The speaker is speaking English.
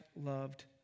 loved